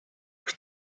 kas